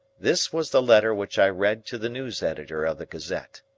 this was the letter which i read to the news editor of the gazette